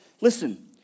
Listen